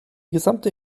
gesamte